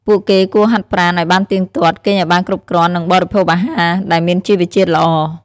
ពួកគេគួរហាត់ប្រាណឲ្យបានទៀងទាត់ គេងឲ្យបានគ្រប់គ្រាន់ និងបរិភោគអាហារដែលមានជីវជាតិល្អ។